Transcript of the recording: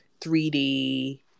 3d